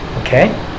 Okay